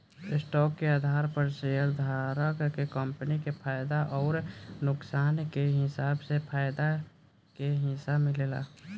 stock के आधार पर शेयरधारक के कंपनी के फायदा अउर नुकसान के हिसाब से फायदा के हिस्सा मिलेला